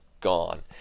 gone